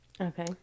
Okay